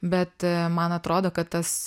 bet man atrodo kad tas